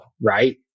right